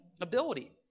ability